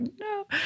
no